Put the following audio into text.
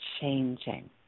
changing